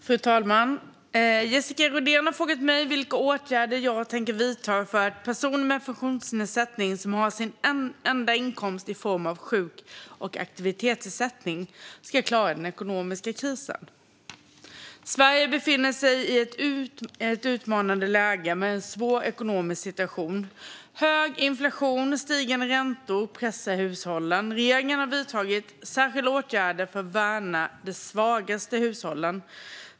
Fru talman! Jessica Rodén har frågat mig vilka åtgärder jag tänker vidta för att personer med funktionsnedsättning som har sin enda inkomst i form av sjuk och aktivitetsersättning ska klara den ekonomiska krisen. Sverige befinner sig i ett utmanande läge med en svår ekonomisk situation. Hög inflation och stigande räntor pressar hushållen. Regeringen har vidtagit särskilda åtgärder för att värna de svagaste hushållen.